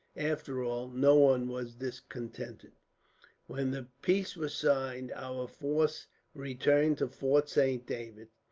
after all, no one was discontented. when the peace was signed, our force returned to fort saint david.